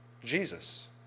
Jesus